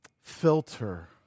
filter